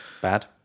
Bad